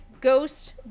Ghost